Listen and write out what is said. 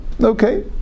Okay